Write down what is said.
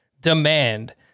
demand